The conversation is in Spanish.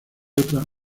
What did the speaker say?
otras